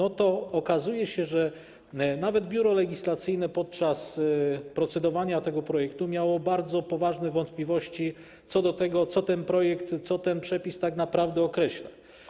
Okazuje się, że nawet Biuro Legislacyjne podczas procedowania nad tym projektem miało bardzo poważne wątpliwości co do tego, co ten projekt, co ten przepis tak naprawdę określa.